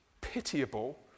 pitiable